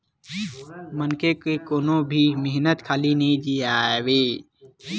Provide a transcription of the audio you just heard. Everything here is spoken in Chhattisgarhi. मनखे के कोनो भी मेहनत खाली नइ जावय